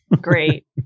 Great